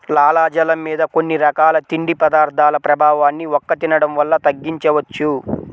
లాలాజలం మీద కొన్ని రకాల తిండి పదార్థాల ప్రభావాన్ని వక్క తినడం వల్ల తగ్గించవచ్చు